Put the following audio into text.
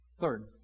Third